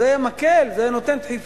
זה היה מקל, זה היה נותן דחיפה.